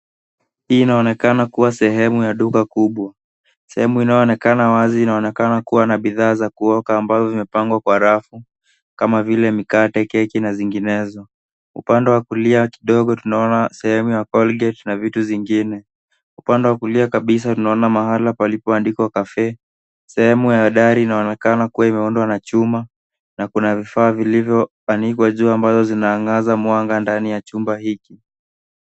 Hii inaonekana kuwa sehemu ya duka kubwa. Sehemu inaonekana wazi inaonekana kuwa na bidhaa za kuoka ambavyo vimepangwa kwa rafu kama vile mikate, keki na zinginezo. Upande wa kulia kidogo tunaona sehemu ya colgate na vitu zingine. Upande wa kulia kabisa tunaona mahala palipoandikwa caffee . Sehemu ya dari inaonekana imeundwa na chuma vilivyoanikwa juu ambazo zinaangaza mwanga ndani ya chumba hiki.